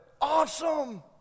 Awesome